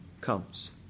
comes